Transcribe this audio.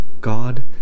God